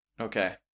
Okay